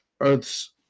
earth's